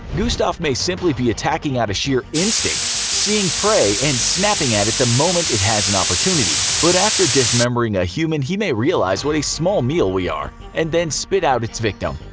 gustave may simply be attacking out of sheer instinct, seeing prey and snapping at it the moment it has an opportunity but after dismembering a human he may realize what a small meal we are and then spit out its victim.